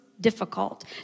difficult